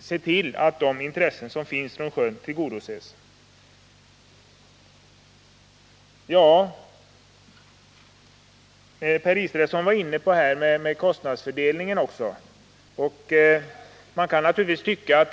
sättet tillgodose de intressen som där finns och som ä Per Israelsson var inne på frågan om kostnadsfördelningen. Man kan naturligtvis tycka att